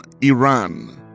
Iran